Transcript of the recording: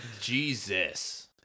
Jesus